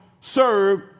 serve